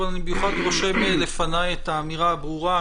אבל אני בכל זאת רושם לפניי את האמירה הברורה.